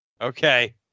Okay